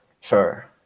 sure